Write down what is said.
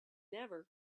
never